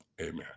amen